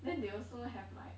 then they also have like